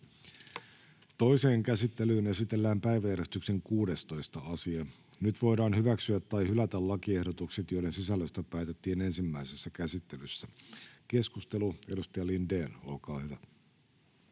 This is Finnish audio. Toiseen käsittelyyn esitellään päiväjärjestyksen 16. asia. Nyt voidaan hyväksyä tai hylätä lakiehdotukset, joiden sisällöstä päätettiin ensimmäisessä käsittelyssä. — Keskustelu, edustaja Lindén, olkaa hyvä.